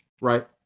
right